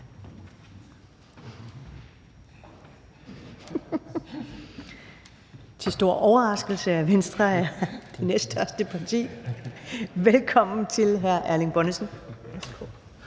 store overraskelse er Venstre det næststørste parti. Velkommen til hr. Erling Bonnesen.